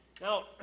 Now